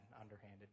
underhanded